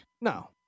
no